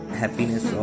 happiness